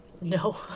no